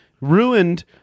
Ruined